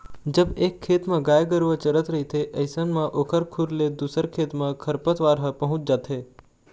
जब एक खेत म गाय गरुवा चरत रहिथे अइसन म ओखर खुर ले दूसर खेत म खरपतवार ह पहुँच जाथे